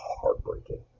heartbreaking